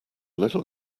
little